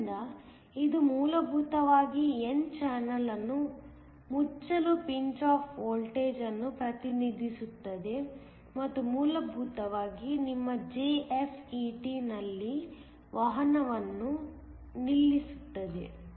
ಆದ್ದರಿಂದ ಇದು ಮೂಲಭೂತವಾಗಿ n ಚಾನಲ್ ಅನ್ನು ಮುಚ್ಚಲು ಪಿಂಚ್ ಆಫ್ ವೋಲ್ಟೇಜ್ ಅನ್ನು ಪ್ರತಿನಿಧಿಸುತ್ತದೆ ಮತ್ತು ಮೂಲಭೂತವಾಗಿ ನಿಮ್ಮ JFET ನಲ್ಲಿ ವಹನವನ್ನು ನಿಲ್ಲಿಸುತ್ತದೆ